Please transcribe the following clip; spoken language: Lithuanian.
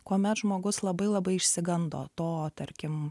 kuomet žmogus labai labai išsigando to tarkim